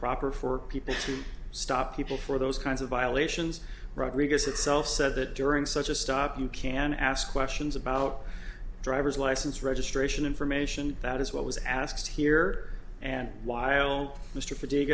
proper for people to stop people for those kinds of violations rodriguez itself said that during such a stop you can ask questions about driver's license registration information that is what was asked here and while mr